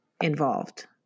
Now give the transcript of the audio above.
involved